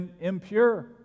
impure